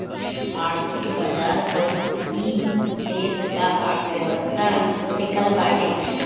आर्थिक बाजार पअ ही देस का अर्थव्यवस्था टिकल बाटे